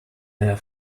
their